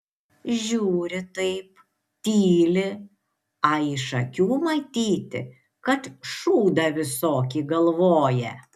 žiūri taip tyli a iš akių matyti kad šūdą visokį galvoja